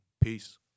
Peace